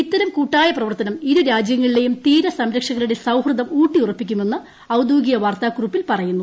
ഇത്തരം കൂട്ടായ പ്രവർത്തനം ഇരു രാജ്യങ്ങളിലെയും തീരസംരക്ഷകരുടെ സൌഹ്യദം ഊട്ടിയുപ്പിക്കുമെന്ന് ഔദ്യോഗിക വാർത്ത കുറിപ്പിൽ പറയുന്നു